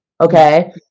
Okay